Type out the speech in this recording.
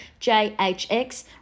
JHX